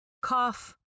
cough